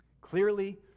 Clearly